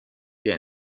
der